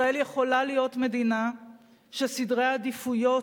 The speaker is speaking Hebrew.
ישראל יכולה להיות מדינה שסדרי העדיפויות